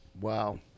wow